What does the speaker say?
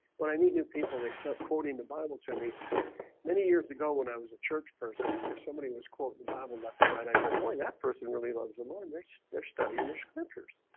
when i meet new people they start quoting the bible to me many years ago when i was a church person if somebody was quoting the bible left to right i go boy that person really loves the lord there's their study english scriptures.